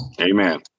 Amen